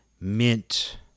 mint